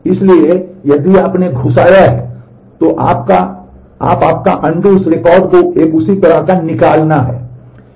इसलिए यदि आपने घुसाया है तो आप आपका अनडू उस रिकॉर्ड का एक उसी तरह निकालना हैं